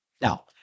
Now